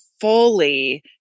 fully